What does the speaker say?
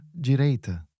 direita